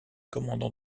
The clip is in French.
commandant